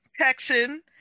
texan